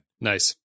Nice